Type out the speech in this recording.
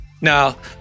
Now